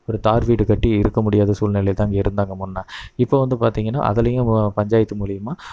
ஒரு தார் வீடு கட்டி இருக்க முடியாத சூழ்நிலைதான் அங்கே இருந்தாங்க முன்னே இப்போ வந்து பார்த்திங்கன்னா அதுலையும் பஞ்சாயத்து மூலயமா